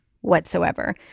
whatsoever